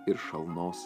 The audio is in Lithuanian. ir šalnos